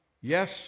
Yes